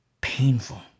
Painful